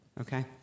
okay